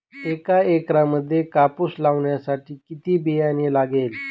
एका एकरामध्ये कापूस लावण्यासाठी किती बियाणे लागेल?